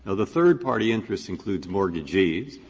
ah the third-party interest includes mortgagees,